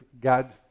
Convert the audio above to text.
God